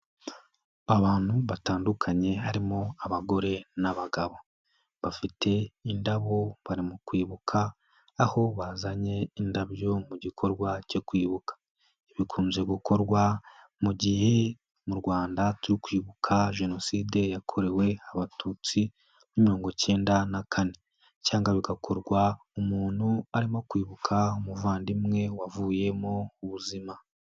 Abantu batandukanye harimo abagore n'abagabo. Bafite indabo bari mu kwibuka aho bazanye indabyo mu gikorwa cyo kwibuka. Ibi bikunze gukorwa mu gihe mu Rwanda turi kwibuka Jenoside yakorewe Abatutsi muri mirongo kenda na kane cyangwa bigakorwa umuntu arimo kwibuka umuvandimwe wavuyemo ubuzima.